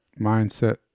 mindset